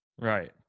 Right